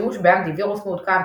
שימוש באנטי וירוס מעודכן,